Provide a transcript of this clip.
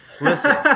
listen